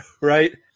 Right